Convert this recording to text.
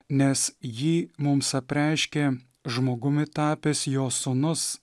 nes jį mums apreiškė žmogumi tapęs jo sūnus